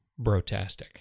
brotastic